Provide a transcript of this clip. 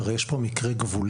הרי יש כאן מקרה גבולי.